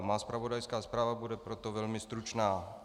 Má zpravodajská zpráva bude proto velmi stručná.